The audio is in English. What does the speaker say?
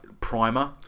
Primer